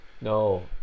No